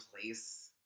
place